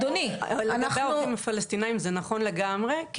אבל לגבי העובדים הפלסטינים זה נכון לגמרי,